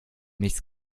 nichts